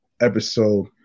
episode